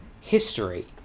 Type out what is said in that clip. history